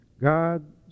God